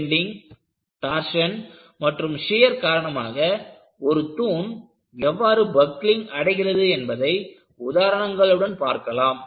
bending torsion மற்றும் shear காரணமாக ஒரு தூண் எவ்வாறு பக்லிங் அடைகிறது என்பதை உதாரணங்களுடன் பார்க்கலாம்